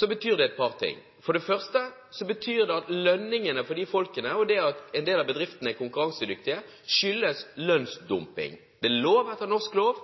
betyr det et par ting. For det første betyr det at de lave lønningene til de menneskene, det at en del av bedriftene er konkurransedyktige, skyldes lønnsdumping. Det er lov etter norsk lov,